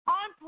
on